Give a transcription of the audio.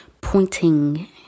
pointing